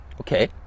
Okay